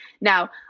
Now